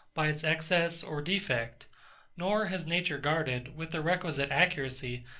by its excess or defect nor has nature guarded, with the requisite accuracy,